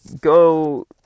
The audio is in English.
go